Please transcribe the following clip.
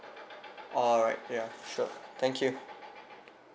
alright ya sure thank you